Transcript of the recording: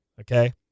okay